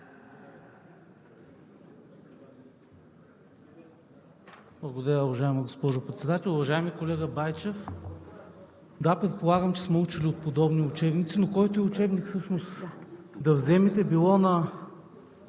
Благодаря, уважаема госпожо Председател! Уважаеми колега Байчев, да, предполагам, че сме учили от подобни учебници, но който и учебник всъщност да вземете – било на